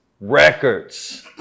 records